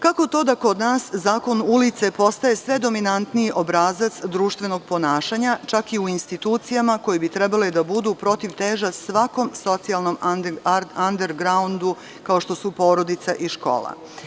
Kako to da kod nas zakon ulice postaje sve dominantniji obrazac društvenog ponašanja, čak i u institucijama koje bi trebale da budu protivteža svakom socijalnom „andergraundu“, kao što su porodica i škola?